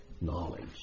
knowledge